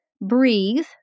breathe